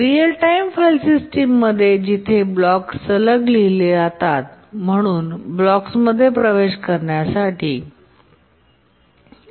real time file सिस्टममध्ये जिथे blocks सलग लिहिले जातात म्हणून ब्लॉक्समध्ये प्रवेश करण्याची वेळ अंदाज येऊ शकते